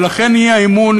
ולכן האי-אמון,